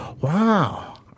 Wow